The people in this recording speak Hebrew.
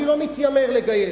אני לא מתיימר לגייר,